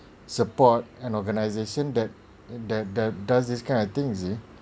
support an organisation that that that does this kind of things you see